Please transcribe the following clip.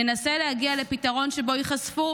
ננסה להגיע לפתרון שבו ייחשפו